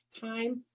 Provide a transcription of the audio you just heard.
time